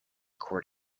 cord